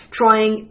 trying